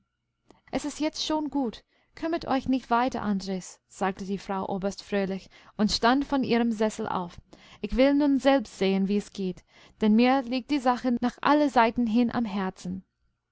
es ist jetzt schon gut kümmert euch nicht weiter andres sagte die frau oberst fröhlich und stand von ihrem sessel auf ich will nun selbst sehen wie's geht denn mir liegt die sache nach allen seiten hin am herzen